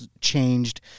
changed